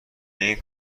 این